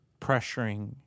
pressuring